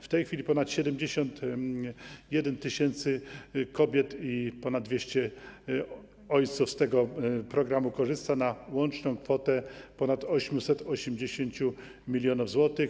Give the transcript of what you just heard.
W tej chwili ponad 71 tys. kobiet i ponad 200 ojców z tego programu korzysta na łączną kwotę ponad 880 mln zł.